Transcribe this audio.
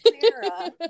Sarah